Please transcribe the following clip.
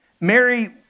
Mary